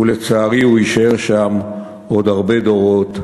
ולצערי הוא יישאר שם עוד הרבה דורות".